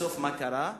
בסוף מה קרה?